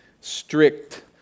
Strict